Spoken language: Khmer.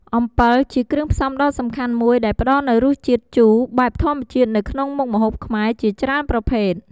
អំពិល ជាគ្រឿងផ្សំដ៏សំខាន់មួយដែលផ្តល់នូវរសជាតិជូរបែបធម្មជាតិនៅក្នុងមុខម្ហូបខ្មែរជាច្រើនប្រភេទ។